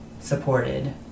supported